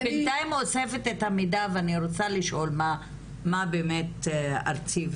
אני רוצה לשאול מה באמת ארצי,